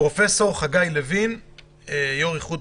פרופ' חגי לוין, יו"ר איגוד